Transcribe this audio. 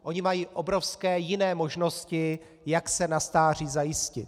Oni mají obrovské jiné možnosti, jak se na stáří zajistit.